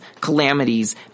calamities